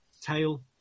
tail